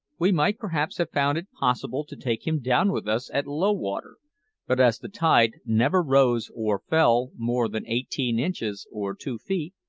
we might perhaps have found it possible to take him down with us at low water but as the tide never rose or fell more than eighteen inches or two feet,